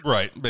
Right